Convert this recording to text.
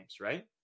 right